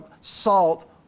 Salt